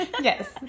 yes